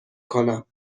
کنم